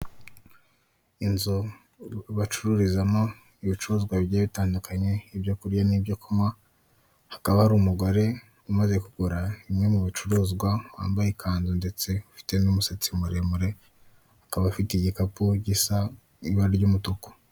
Inzu bacururizamo ibicuruzwa bigiye bitandukanye ibyo kurya n'ibyo kunywa, hakaba hari umugore umaze kugura bimwe mu bicuruzwa, wambaye ikanzu ndetse ufite n'umusatsi muremure, akaba afite igikapu gisa ibara ry'umutuku.